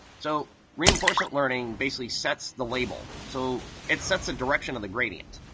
so reinforcement learning basically sets the label. so it sets a direction on the gradient.